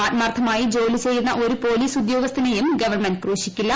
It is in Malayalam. ആത്മാർ ത്ഥമായി ജോലി ചെയ്യുന്ന ഒരു പോലീസ് ഉദ്യോഗസ്ഥനെയും ഗവൺമെന്റ് ക്രൂശിക്കില്ല